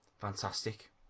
Fantastic